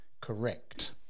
correct